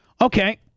Okay